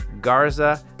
Garza